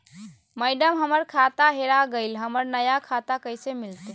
madam, हमर खाता हेरा गेलई, हमरा नया खाता कैसे मिलते